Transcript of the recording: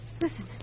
Listen